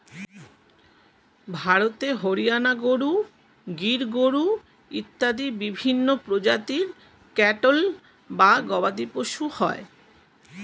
ভারতে হরিয়ানা গরু, গির গরু ইত্যাদি বিভিন্ন প্রজাতির ক্যাটল বা গবাদিপশু হয়